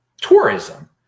tourism